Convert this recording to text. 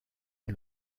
est